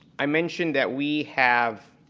i mentioned that we have